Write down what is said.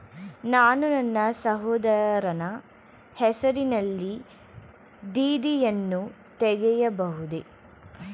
ನಾನು ನನ್ನ ಸಹೋದರನ ಹೆಸರಿನಲ್ಲಿ ಡಿ.ಡಿ ಯನ್ನು ತೆಗೆಯಬಹುದೇ?